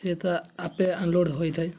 ସେ ତା ଆପେ ଅନଲୋଡ଼୍ ହୋଇଥାଏ